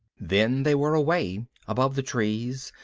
then they were away, above the trees,